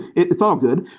it's all good.